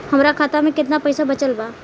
हमरा खाता मे केतना पईसा बचल बा?